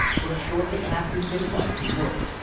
from shortly after daylight he worked.